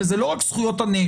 וזה לא רק זכויות הנאשם,